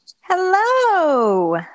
Hello